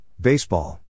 baseball